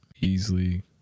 Easily